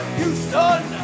Houston